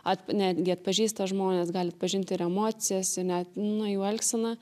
at netgi atpažįsta žmones gali atpažint ir emocijas ir net nu jų elgseną